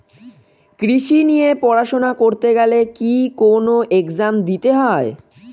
কৃষি নিয়ে পড়াশোনা করতে গেলে কি কোন এগজাম দিতে হয়?